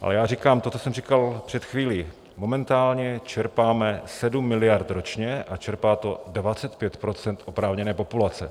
Ale já říkám to, co jsem říkal před chvílí: Momentálně čerpáme 7 miliard ročně a čerpá to 25 % oprávněné populace.